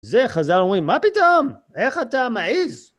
זה, חזרנו עם מה פתאום? איך אתה מעיז?